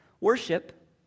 Worship